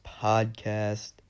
Podcast